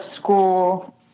school